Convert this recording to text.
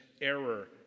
error